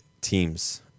teams